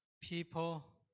people